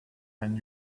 and